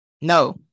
No